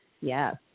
yes